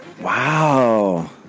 Wow